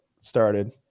started